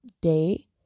day